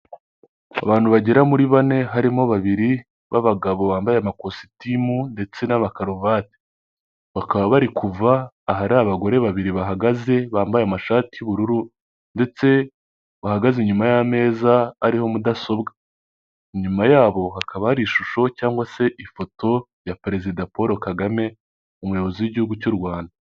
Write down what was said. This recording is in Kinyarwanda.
Abantu bagera muri bane, harimo babiri b'abagabo bambaye amakositimu ndetse n'abakaruvati, bakaba bari kuva ahari abagore babiri bahagaze, bambaye amashati y'ubururu ndetse bahagaze nyuma y'ameza ariho mudasobwa, inyuma yabo hakaba hari ishusho cyangwa se ifoto ya perezida Paul Kagame, umuyobozi w'igihugu cy'Urwanda.